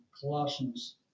Colossians